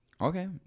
Okay